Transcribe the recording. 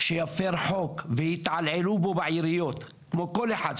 שיפר חוק ויתעללו בו בעיריות כמו כל אחד,